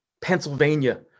Pennsylvania